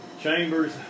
chambers